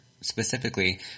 specifically